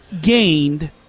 gained